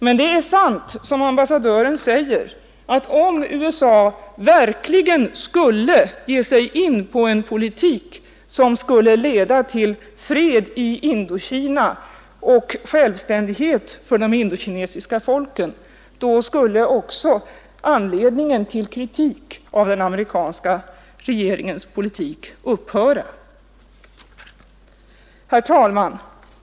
Men det är sant som ambassadören säger att om USA verkligen skulle ge sig in på en politik som skulle leda till fred i Indokina och självständighet för de indokinesiska folken skulle också anledningen till kritik av den amerikanska regeringens politik upphöra. Herr talman!